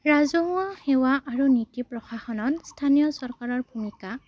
ৰাজহুৱা সেৱা আৰু নীতি প্ৰশাসনত স্থানীয় চৰকাৰৰ ভূমিকা